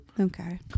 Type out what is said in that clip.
Okay